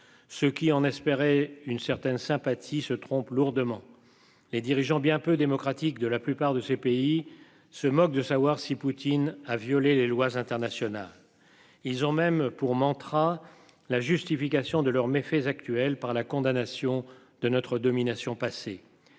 Ce qu'il en espérait une certaine sympathie se trompent lourdement. Les dirigeants bien peu démocratique de la plupart de ces pays se moque de savoir si Poutine a violé les lois internationales. Ils ont même pour mantra la justification de leurs méfaits actuels par la condamnation de notre domination passée.